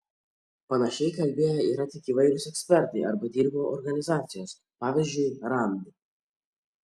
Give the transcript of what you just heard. panašiai kalbėję yra tik įvairūs ekspertai arba tyrimų organizacijos pavyzdžiui rand